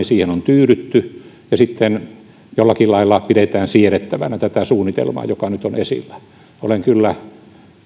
siihen on tyydytty ja sitten jollakin lailla pidetään siedettävänä tätä suunnitelmaa joka nyt on esillä olen kyllä